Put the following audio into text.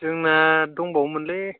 जोंना दंबावो मोनलै